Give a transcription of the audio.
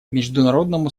международному